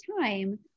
time